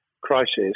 crisis